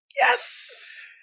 Yes